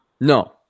no